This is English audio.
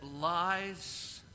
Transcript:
lies